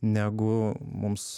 negu mums